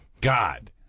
God